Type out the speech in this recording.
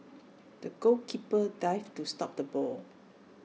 the goalkeeper dived to stop the ball